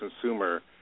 consumer